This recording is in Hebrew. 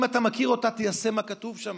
אם אתה מכיר אותה, תיישם מה שכתוב שם.